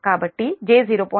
కాబట్టి j0